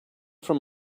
from